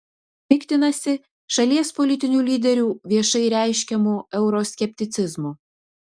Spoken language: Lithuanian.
piktinasi šalies politinių lyderių viešai reiškiamu euroskepticizmu